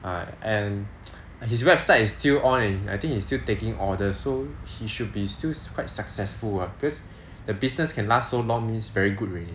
err and his website is still on I think he's still taking orders so he should be still quite successful ah because the business can last so long means very good already